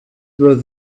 were